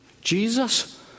Jesus